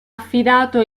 affidato